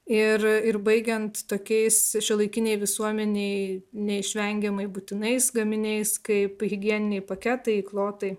ir ir baigiant tokiais šiuolaikinėj visuomenėj neišvengiamai būtinais gaminiais kaip higieniniai paketai įklotai